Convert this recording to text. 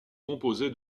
composée